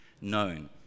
known